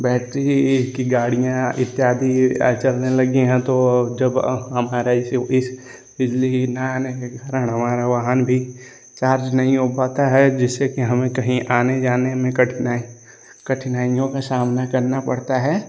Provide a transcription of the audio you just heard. battery की गाड़ियाँ इत्यादि चलने लगी हैं तो अब जब हमारा इसे इस बिजली न आने के कारण हमारा वाहन भी चार्ज नहीं हो पाता है जिससे कि हमें कहीं आने जाने में कठिनाई कठिनाइयों का सामना करना पड़ता है